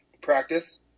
practice